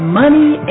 money